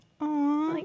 Aww